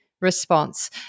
response